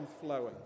flowing